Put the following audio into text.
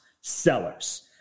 sellers